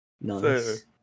Nice